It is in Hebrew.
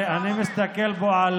אני מסתכל פה על